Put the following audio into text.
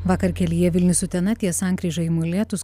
vakar kelyje vilnius utena ties sankryža į molėtus